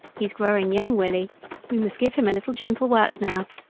he's growing young, willie we must give him a little gentle work now,